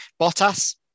Bottas